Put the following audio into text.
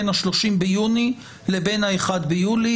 בין ה-30 ביוני לבין ה-1 ביולי,